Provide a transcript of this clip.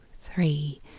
three